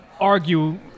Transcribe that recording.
argue